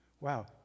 Wow